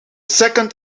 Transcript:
second